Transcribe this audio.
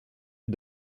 rue